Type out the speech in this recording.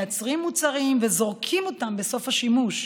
מייצרים מוצרים וזורקים אותם בסוף השימוש,